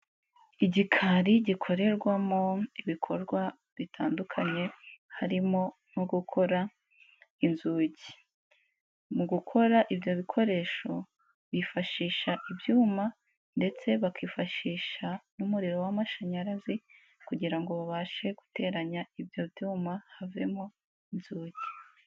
Igikari gikorerwamo ibikorwa bitandukanye, harimo nko gukora inzugi, mu gukora ibyo bikoresho bifashisha ibyuma ndetse bakifashisha n'umuriro w'amashanyarazi kugirango ngo babashe guteranya ibyo byuma havemo inzugi.